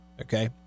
Okay